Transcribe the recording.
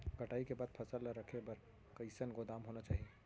कटाई के बाद फसल ला रखे बर कईसन गोदाम होना चाही?